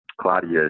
claudia